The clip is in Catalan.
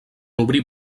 obrir